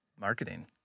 marketing